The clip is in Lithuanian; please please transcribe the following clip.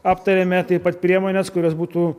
aptarėme taip pat priemones kurias būtų